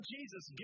Jesus